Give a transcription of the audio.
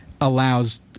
allows